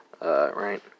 right